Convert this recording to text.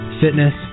fitness